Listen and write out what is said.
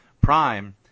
Prime